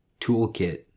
toolkit